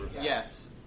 Yes